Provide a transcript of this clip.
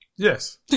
Yes